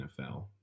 NFL